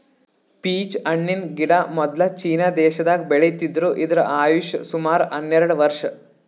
peach ಹಣ್ಣಿನ್ ಗಿಡ ಮೊದ್ಲ ಚೀನಾ ದೇಶದಾಗ್ ಬೆಳಿತಿದ್ರು ಇದ್ರ್ ಆಯುಷ್ ಸುಮಾರ್ ಹನ್ನೆರಡ್ ವರ್ಷ್